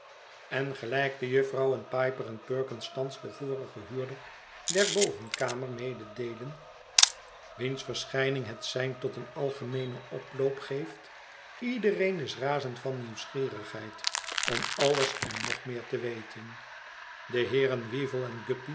en gelijk de jufvrouwen piper en perkin s thans den vorigen huurder der bovenkamer mededeelen wiens verschijning het sein tot een algemeenen oploop geeft iedereen is razend van nieuwsgierigheid om alles en nog meer te weten de heeren weevle en